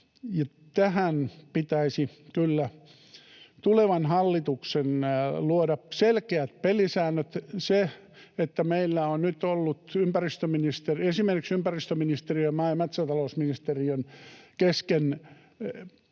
Tähän pitäisi kyllä tulevan hallituksen luoda selkeät pelisäännöt. Se, että meillä on nyt ollut esimerkiksi ympäristöministeriön ja maa- ja metsätalousministeriön kesken